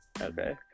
Okay